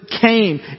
came